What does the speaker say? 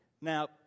Now